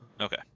Okay